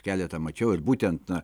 keletą mačiau ir būtent na